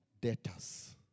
debtors